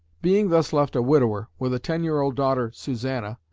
being thus left a widower with a ten-year-old daughter susanna,